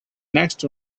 next